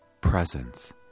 presence